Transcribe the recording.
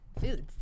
foods